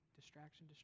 distraction